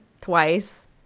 twice